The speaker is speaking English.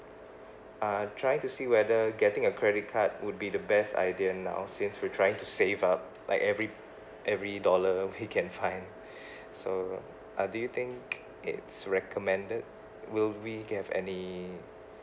uh I'm trying to see whether getting a credit card would be the best idea now since we're trying to save up like every every dollar we can find so uh do you think it's recommended will we get any